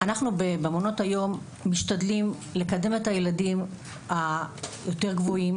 במעונות היום אנחנו משתדלים לקדם את הילדים היותר גבוהים